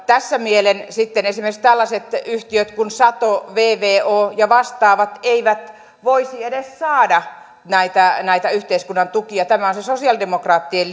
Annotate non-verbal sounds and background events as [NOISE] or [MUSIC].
[UNINTELLIGIBLE] tässä mielessä sitten esimerkiksi tällaiset yhtiöt kuin sato vvo ja vastaavat eivät voisi edes saada näitä näitä yhteiskunnan tukia ja tämä on se sosialidemokraattien [UNINTELLIGIBLE]